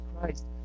Christ